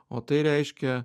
o tai reiškia